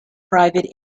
private